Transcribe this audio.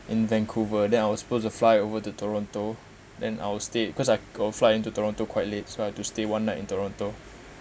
in vancouver then I was supposed to fly over to toronto then I will stay because I go flying into toronto quite late so I have to stay one night in toronto